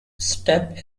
step